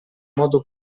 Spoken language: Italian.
modo